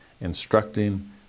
Instructing